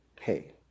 hey